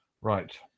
Right